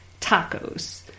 tacos